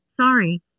Sorry